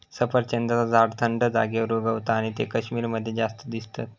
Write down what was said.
सफरचंदाचा झाड थंड जागेर उगता आणि ते कश्मीर मध्ये जास्त दिसतत